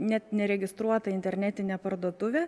net neregistruota internetinė parduotuvė